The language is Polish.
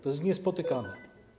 To jest niespotykane.